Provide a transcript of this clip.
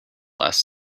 last